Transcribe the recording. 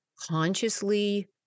consciously